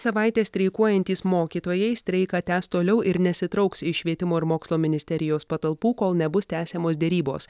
savaitę streikuojantys mokytojai streiką tęs toliau ir nesitrauks iš švietimo ir mokslo ministerijos patalpų kol nebus tęsiamos derybos